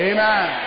Amen